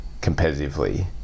competitively